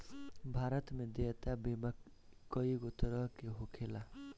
भारत में देयता बीमा कइगो तरह के होखेला